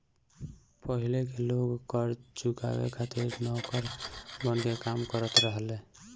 पाहिले के लोग कर चुकावे खातिर नौकर बनके काम करत रहले